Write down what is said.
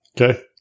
Okay